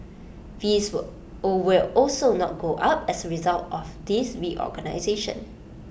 fees will all will also not go up as result of this reorganisation